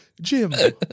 Jim